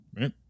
right